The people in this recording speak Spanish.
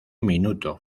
minuto